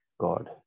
God